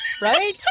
Right